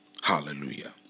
hallelujah